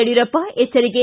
ಯಡಿಯೂರಪ್ಪ ಎಚ್ಚರಿಕೆ